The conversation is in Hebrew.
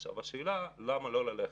השאלה היא למה לא ללכת.